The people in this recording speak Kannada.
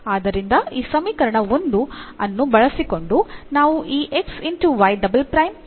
ಆದ್ದರಿಂದ ಈ ಸಮೀಕರಣ ಸಂಖ್ಯೆ 1 ಅನ್ನು ಬಳಸಿಕೊಂಡು ನಾವು ಈ ಅನ್ನು ಪಡೆಯುತ್ತೇವೆ